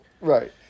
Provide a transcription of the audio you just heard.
Right